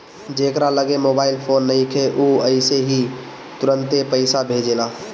जेकरा लगे mobile phone नइखे उ अइसे ही तुरंते पईसा भेजेला